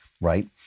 right